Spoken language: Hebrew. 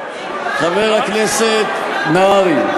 חבר הכנסת נהרי,